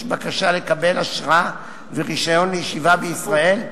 בקשה לקבל אשרה ורשיון לישיבה בישראל,